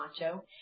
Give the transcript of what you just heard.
macho